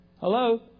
Hello